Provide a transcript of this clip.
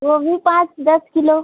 वह भी पाँच दस किलो